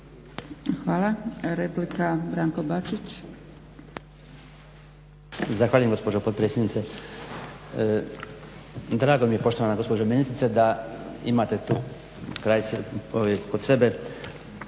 Hvala. Replika, Branko Bačić.